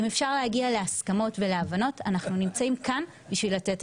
אם אפשר להגיע להסכמות ולהבנות, אנחנו